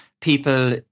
people